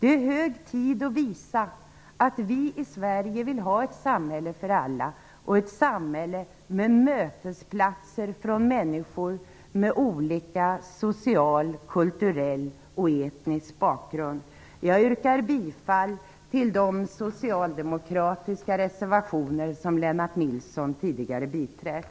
Det är hög tid att visa att vi i Sverige vill ha ett samhälle för alla och ett samhälle med mötesplatser för människor med olika social, kulturell och etnisk bakgrund. Jag yrkar bifall till de socialdemokratiska reservationer som Lennart Nilsson tidigare har biträtt.